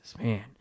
man